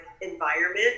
environment